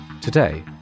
Today